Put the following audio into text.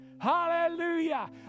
Hallelujah